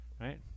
right